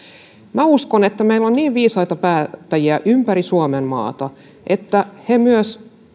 minä uskon että meillä on niin viisaita päättäjiä ympäri suomenmaata että he myös